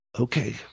Okay